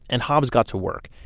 and hobbs got to work.